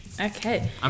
Okay